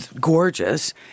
gorgeous